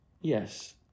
yes